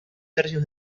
tercios